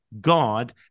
God